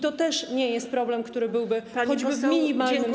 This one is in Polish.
To też nie jest problem, który byłby choćby w minimalnym stopniu.